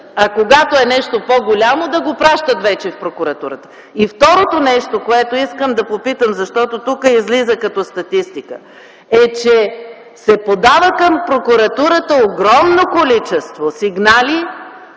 а когато е нещо по-голямо, да го пращат вече в Прокуратурата. Второто нещо, което искам да попитам, защото тук излиза като статистика, е, че към Прокуратурата се подава огромно количество сигнали,